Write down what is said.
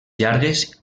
llargues